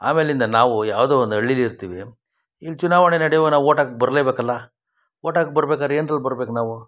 ಆಮೇಲಿಂದ ನಾವು ಯಾವುದೊ ಒಂದು ಹಳ್ಳಿಲ್ ಇರ್ತೀವಿ ಇಲ್ಲಿ ಚುನಾವಣೆ ನಡೆಯುವಾಗ ನಾವು ವೋಟ್ ಹಾಕಕ್ಕೆ ಬರಲೇ ಬೇಕಲ್ಲ ವೋಟ್ ಹಾಕ್ಬರ್ಬೇಕಾದರೆ ಏಂತ್ರಲ್ಲಿ ಬರ್ಬೇಕು ನಾವು